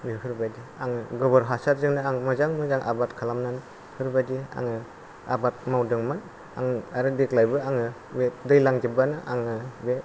बेफोरबादि आङो गबोर हासारजोंनो आं मोजां मोजां आबाद खालामनानै बेफोरबादि आङो आबाद मावदोंमोन आं आरो देग्लायबो आङो बे दैलां जोबबानो आङो बे